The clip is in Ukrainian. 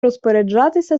розпоряджатися